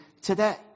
today